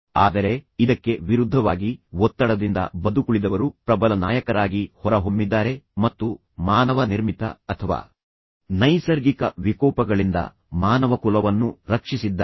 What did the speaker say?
ಆದರೆ ಇದಕ್ಕೆ ವಿರುದ್ಧವಾಗಿ ಒತ್ತಡದಿಂದ ಬದುಕುಳಿದವರು ಪ್ರಬಲ ನಾಯಕರಾಗಿ ಹೊರಹೊಮ್ಮಿದ್ದಾರೆ ಮತ್ತು ಮಾನವ ನಿರ್ಮಿತ ಅಥವಾ ನೈಸರ್ಗಿಕ ವಿಕೋಪಗಳಿಂದ ಮಾನವಕುಲವನ್ನು ರಕ್ಷಿಸಿದ್ದಾರೆ